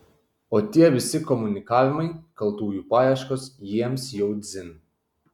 o tie visi komunikavimai kaltųjų paieškos jiems jau dzin